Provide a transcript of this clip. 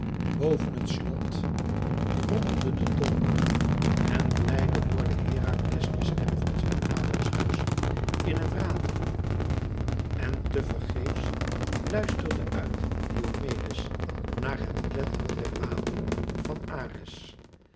boven het slot rommelde de donder en blijde hoorde herakles de stem van zijn vader zeus in het ratelen en te vergeefs luisterde uit diomedes naar het kletteren der wapenen van ares